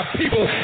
people